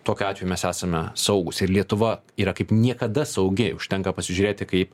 tokiu atveju mes esame saugūs ir lietuva yra kaip niekada saugi užtenka pasižiūrėti kaip